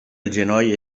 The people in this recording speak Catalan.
genoll